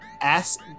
ask